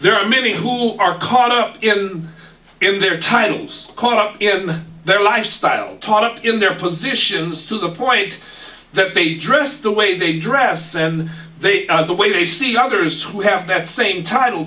there are many who are caught up in their titles caught up in their lifestyle taught in their positions to the point that they dress the way they dress and they are the way they see others who have that same title